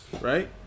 right